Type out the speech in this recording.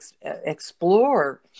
explore